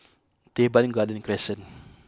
Teban Garden Crescent